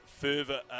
further